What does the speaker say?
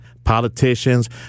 Politicians